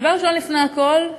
דבר ראשון, לפני הכול,